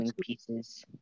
pieces